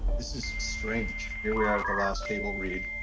this is strange. here we are at the last table read.